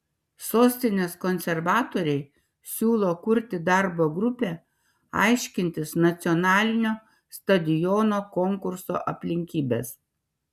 sostinės konservatoriai siūlo kurti darbo grupę aiškintis nacionalinio stadiono konkurso aplinkybes